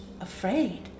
afraid